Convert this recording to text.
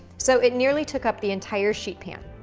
so it nearly took up the entire sheet pan.